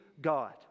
God